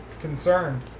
concerned